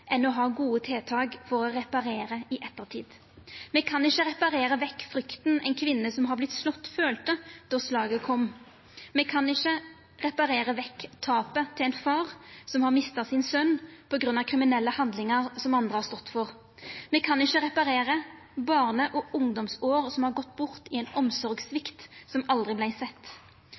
enn å ha gode tiltak for å reparera i ettertid. Me kan ikkje reparera vekk frykta ei kvinne som har vorte slått, følte då slaget kom. Me kan ikkje reparera vekk tapet til ein far som har mista sonen sin på grunn av kriminelle handlingar som andre har stått for. Me kan ikkje reparera barne- og ungdomsår som har gått bort i ein omsorgssvikt som aldri vart sett.